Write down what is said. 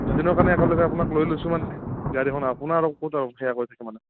দুদিনৰ কাৰণে একেলগে আপোনাক লৈ লৈছো মানে গাড়ীখন আপােনাৰ আৰু ক'ত আৰু সেয়া কৰি থাকিম মানে